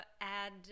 add